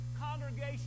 congregation